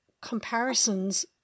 comparisons